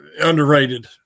Underrated